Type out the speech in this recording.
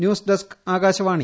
news desk Akashvani